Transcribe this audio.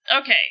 Okay